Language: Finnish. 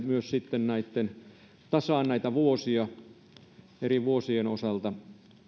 myös sitten tasaa näitä kuluja eri vuosien osalta